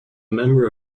member